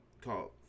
called